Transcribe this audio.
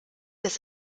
des